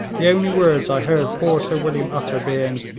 the only words i heard poor sir william utter being,